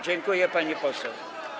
Dziękuję, pani poseł.